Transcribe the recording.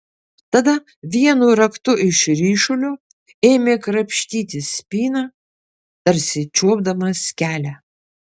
tada vienu raktu iš ryšulio ėmė krapštyti spyną tarsi čiuopdamas kelią